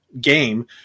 game